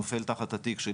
נופל תחת התיק של